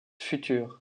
futures